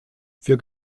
für